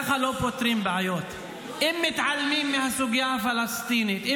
יש אחדים -- אני מודיעה לך עניינית שאונר"א